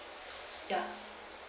ya